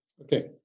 Okay